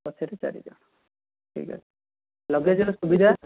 ପଛରେ ଚାରି ଜଣ ଠିକ୍ ଅଛି ଲଗେଜ୍ର ସୁବିଧା